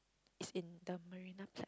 it's in the Marina platform